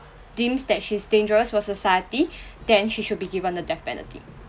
deems that she is dangerous for society then she should be given the death penalty